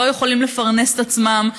לא יכולים לפרנס את עצמם,